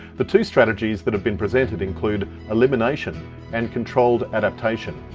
the two strategies that have been presented include elimination and controlled adaptation.